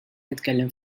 nitkellem